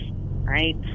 right